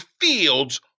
fields